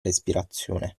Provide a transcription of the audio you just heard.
respirazione